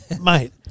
mate